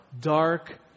dark